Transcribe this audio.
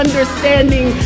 Understanding